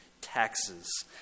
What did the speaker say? taxes